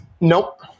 Nope